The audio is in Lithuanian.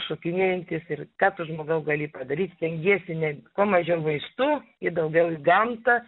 šokinėjantis ir ką tu žmogau gali padaryt stengiesi ne kuo mažiau vaistų ir daugiau į gamtą